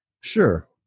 sure